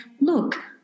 look